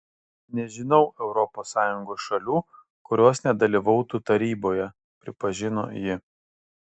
nežinau europos sąjungos šalių kurios nedalyvautų taryboje pripažino ji